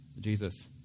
Jesus